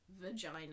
vagina